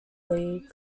league